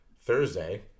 Thursday